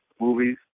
movies